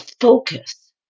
focus